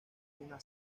una